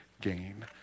gain